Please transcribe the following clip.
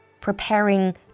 preparing